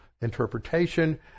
interpretation